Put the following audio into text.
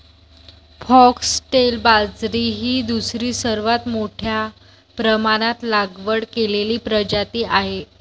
foxtail बाजरी ही दुसरी सर्वात मोठ्या प्रमाणात लागवड केलेली प्रजाती आहे